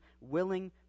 willing